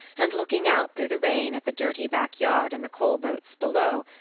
and looking out through the rain at the dirty back-yard and the coalboats below,